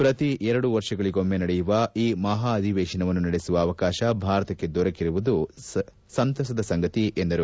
ಪ್ರತಿ ಎರಡು ವರ್ಷಗಳಗೆ ಒಮ್ನೆ ನಡೆಯುವ ಈ ಮಹಾ ಅಧಿವೇಶನವನ್ನು ನಡೆಸುವ ಅವಕಾಶ ಭಾರತಕ್ಷೆ ದೊರಕಿರುವ ಬಗ್ಗೆ ಸಂತಸದ ಸಂಗತಿ ಎಂದರು